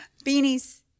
Beanies